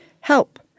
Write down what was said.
help